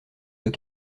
deux